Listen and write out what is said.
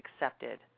accepted